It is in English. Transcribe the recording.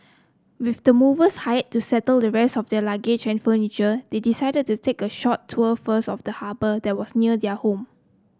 with the movers hired to settle the rest of their luggage and furniture they decided to take a short tour first of the harbour that was near their home